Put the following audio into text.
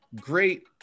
great